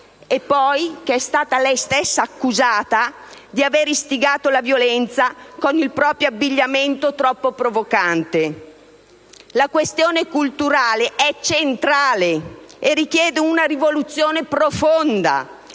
poi è stata accusata di avere istigato la violenza con il proprio abbigliamento troppo provocante. La questione culturale è centrale e richiede una rivoluzione profonda